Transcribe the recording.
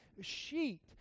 sheet